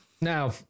now